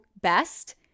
best